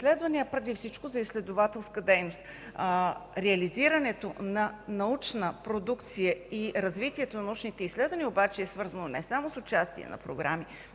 преди всичко за изследователска дейност. Реализирането на научна продукция и развитието на научните изследвания обаче е свързано не само с участие в програми